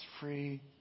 free